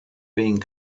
being